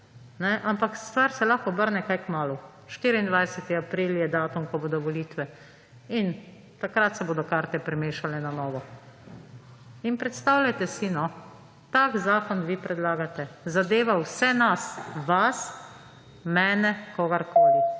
Ampak stvar se lahko obrne kaj kmalu. 24. april je datum, ko bodo volitve, in takrat se bodo karte premešale na novo. In predstavljajte si, tak zakon vi predlagate, zadeva vse nas – vas, mene, kogarkoli.